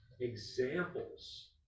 examples